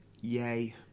yay